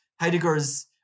Heidegger's